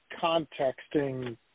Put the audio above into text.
contexting